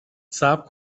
صبر